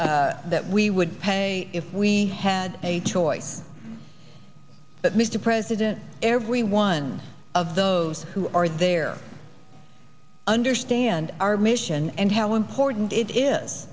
we would pay if we had a choice but mr president every one of those who are there understand our mission and how important it is